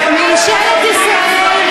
ממשלת ישראל,